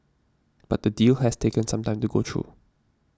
but the deal has taken some time to go through